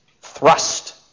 thrust